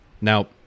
Now